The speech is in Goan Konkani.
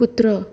कुत्रो